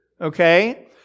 okay